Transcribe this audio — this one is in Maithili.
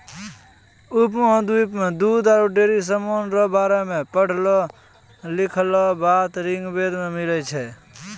उपमहाद्वीप मे दूध आरु डेयरी समान रो बारे मे पढ़लो लिखलहा बात ऋग्वेद मे मिलै छै